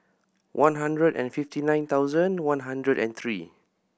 one hundred and fifty nine thousand one hundred and three